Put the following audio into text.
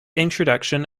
introduction